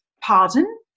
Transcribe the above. pardon